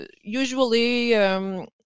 Usually